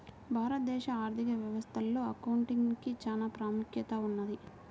భారతదేశ ఆర్ధిక వ్యవస్థలో అకౌంటింగ్ కి చానా ప్రాముఖ్యత ఉన్నది